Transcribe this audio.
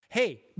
Hey